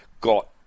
got